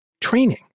training